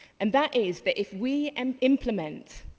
and that is that if we and implement